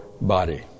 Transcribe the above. body